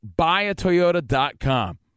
buyatoyota.com